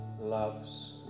loves